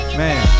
man